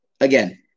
again